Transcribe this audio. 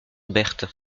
berthe